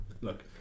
Look